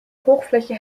hochfläche